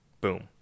Boom